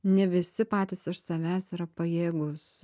ne visi patys iš savęs yra pajėgūs